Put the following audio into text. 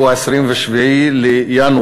והוא 27 בינואר.